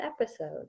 episode